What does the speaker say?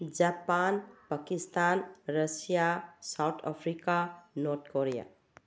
Japan Pakistan Russia South Africa North Korea